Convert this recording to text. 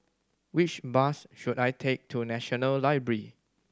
which bus should I take to National Library